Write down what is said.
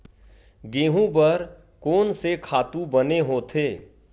गेहूं बर कोन से खातु बने होथे?